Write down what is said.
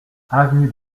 avenue